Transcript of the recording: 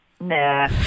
Nah